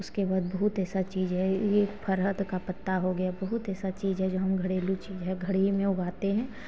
उसके बाद बहुत ऐसा चीज़ है यह फरहद का पत्ता हो गया बहुत ऐसा चीज़ है जो हम घरेलू चीज़ है घर ही में उगाते हैं